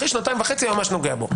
ידעתי שאחרי שנתיים וחצי היועמ"ש נוגע בו.